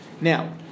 Now